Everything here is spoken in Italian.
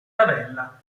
tabella